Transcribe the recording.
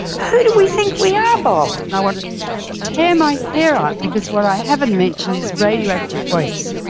who do we think we are, bob? and i want to tear my hair out because what i haven't mentioned is radioactive waste.